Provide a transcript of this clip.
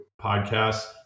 podcast